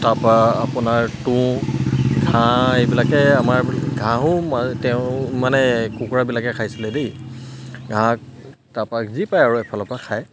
তাপা আপোনাৰ তুঁহ ঘাঁহ এইবিলাকে আমাৰ ঘাঁহো মা তেওঁ মানে কুকুৰাবিলাকে খাইছিলে দেই ঘাঁহ তাপা যি পায় আৰু এফালৰ পৰা খায়